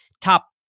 top